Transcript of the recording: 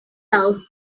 out